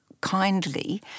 kindly